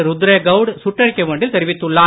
ருத்ரே கவுடு சுற்றறிக்கை ஒன்றில் தெரிவித்துள்ளார்